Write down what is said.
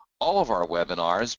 all of our webinars